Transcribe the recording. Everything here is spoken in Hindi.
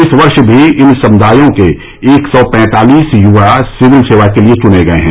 इस वर्ष भी इन समुदायों के एक सौ पैंतालिस युवा सिविल सेवा के लिए चुने गए हैं